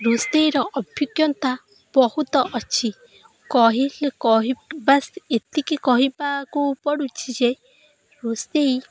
ରୋଷେଇର ଅଭିଜ୍ଞତା ବହୁତ ଅଛି ବାସ୍ ଏତିକି କହିବାକୁ ପଡ଼ୁଛି ଯେ ରୋଷେଇ